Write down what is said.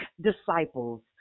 disciples